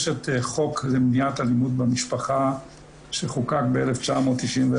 יש את החוק למניעת אלימות במשפחה שחוקק ב- 1991,